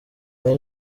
hari